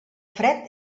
fred